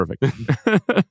perfect